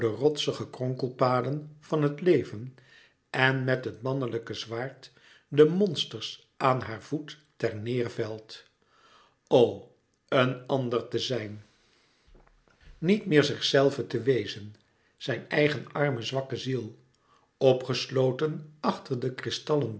de rotsige kronkelpaden van het leven en met het mannelijke zwaard de monsters aan haar voet ter neêr velt o een ander te zijn niet meer zichzelve te wezen zijn eigen arme zwakke ziel opgesloten achter de kristallen